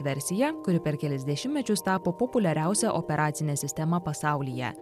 versija kuri per kelis dešimtmečius tapo populiariausia operacinė sistema pasaulyje